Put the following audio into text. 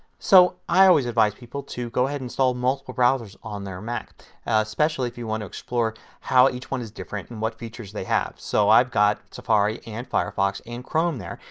so i always advise people to go ahead and install multiple browsers on their mac especially if you want to explore how each one is different and what features they have. so i've got safari and firefox and chrome there.